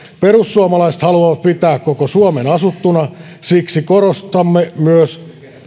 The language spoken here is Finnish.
perussuomalaiset haluavat pitää koko suomen asuttuna siksi korostamme myös